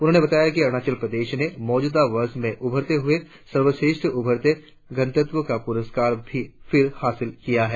उन्होंने बताया कि अरुणाचल प्रदेश ने मौजूदा वर्ष में उभरते हुए सर्वश्रेष्ठ उभरते गंतव्य का पुरस्कार फिर हासिल किया है